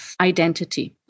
identity